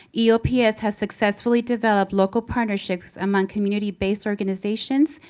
eops has successfully developed local partnerships among community-based organizations,